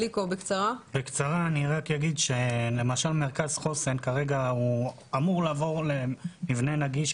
אני רק אומר שלמשל מרכז חוסן כרגע אמור לעבור למבנה נגיש.